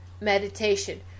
meditation